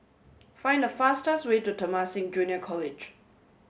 find the fastest way to Temasek Junior College